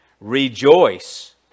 rejoice